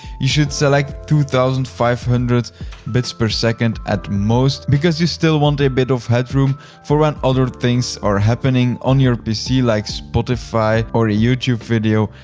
you should select two thousand five hundred bits per second at most because you still want a bit of head room for when other things are happening on your pc like spotify or a youtube video,